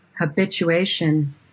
habituation